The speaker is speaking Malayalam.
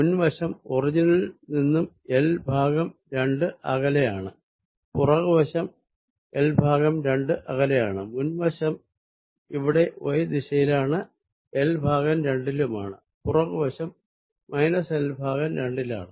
മുൻ വശം ഒറിജിനിൽ നിന്നും L ഭാഗം രണ്ട് അകലെയാണ് പുറകുവശവും L ഭാഗം രണ്ട് അകലെയാണ് മുൻവശം ഇവിടെ y ദിശയിലാണ് L ഭാഗം രണ്ടിലുമാണ് പുറകുവശം മൈനസ് L ഭാഗം രണ്ടിലാണ്